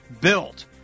built